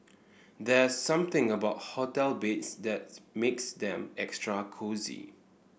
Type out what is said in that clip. there something about hotel beds that makes them extra cosy